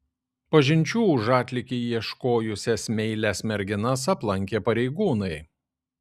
pažinčių už atlygį ieškojusias meilias merginas aplankė pareigūnai